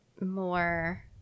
more